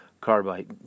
carbide